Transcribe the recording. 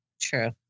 True